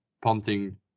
Ponting